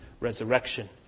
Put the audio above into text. resurrection